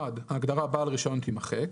ההגדרה "בעל רישיון" תימחק,